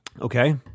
Okay